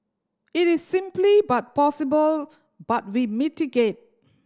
it is simply but possible but we mitigate